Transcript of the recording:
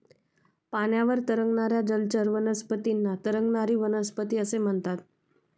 पाण्यावर तरंगणाऱ्या जलचर वनस्पतींना तरंगणारी वनस्पती असे म्हणतात